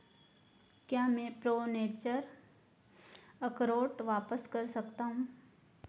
क्या मैं Pro Nature अखरोट वापस कर सकता हूँ